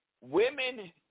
Women